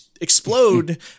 explode